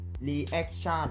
reaction